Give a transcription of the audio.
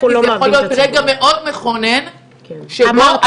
זה יכול להיות רגע מאוד מכונן שבו אתם